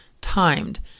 timed